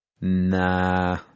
Nah